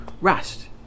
rest